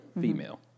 female